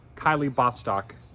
kylie bostock,